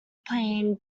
plane